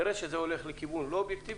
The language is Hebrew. אם תראה שזה הולך לכיוון לא אובייקטיבי,